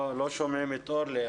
לא שומעים את אורלי.